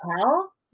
tell